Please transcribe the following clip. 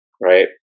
Right